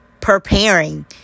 preparing